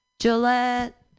Gillette